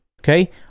Okay